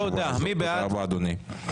תודה רבה, אדוני.